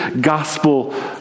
gospel